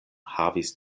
havis